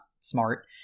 smart